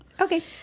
Okay